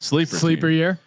sleep sleeper year.